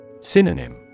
Synonym